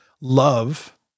love